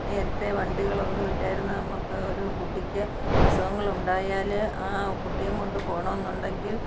നേരത്തെ വണ്ടികൾ ഒന്നുമില്ലായിരുന്നു നമ്മള്ക്ക് ഒരു കുട്ടിക്ക് അസുഖങ്ങൾ ഉണ്ടായാല് ആ കുട്ടിയേയും കൊണ്ട് പോകണമെന്നുണ്ടെങ്കിൽ